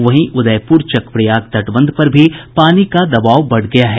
वहीं उदयपुर चकप्रयाग तटबंध पर भी पानी का दवाब बढ़ गया है